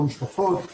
אני רק משהו אחד קטן.